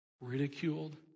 ridiculed